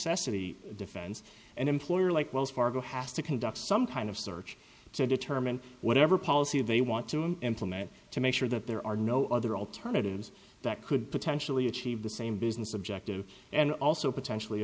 necessity defense and employer like wells fargo has to conduct some kind of search to determine whatever policy they want to implement to make sure that there are no other alternatives that could potentially achieve the same business objective and also potentially